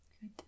Good